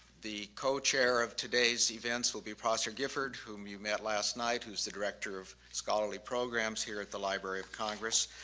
the co-chair of today's events will be prosser gifford whom you met last night, who's the director of scholarly programs here at the library of congress.